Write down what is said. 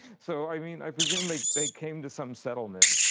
so, i mean, i presume they they came to some settlement.